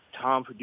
Tom